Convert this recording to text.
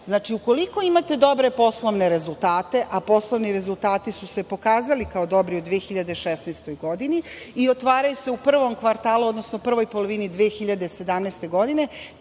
čega? Znači, ukoliko imate dobre poslovne rezultate, a poslovni rezultati su se pokazali kao dobri u 2016. godini i otvaraju se u prvom kvartalu, odnosno u prvoj polovini 2017. godine,